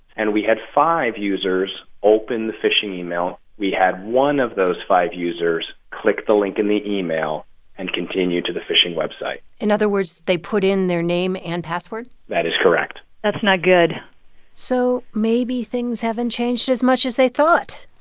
and we had five users open the phishing email. we had one of those five users click the link in the email and continue to the phishing website in other words, they put in their name and password that is correct that's not good so maybe things haven't changed as much as they thought.